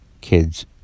kids